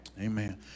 Amen